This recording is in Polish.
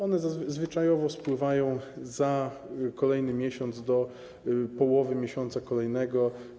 One zwyczajowo spływają za kolejny miesiąc do połowy miesiąca kolejnego.